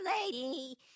lady